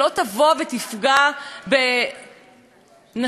שלא תפגע בנשים,